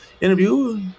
interview